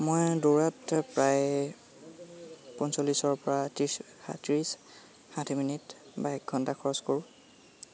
মই দৌৰাত প্ৰায় পঞ্চল্লিছৰ পৰা ত্ৰিছ ত্ৰিছ ষাঠি মিনিট বা এক ঘণ্টা খৰচ কৰোঁ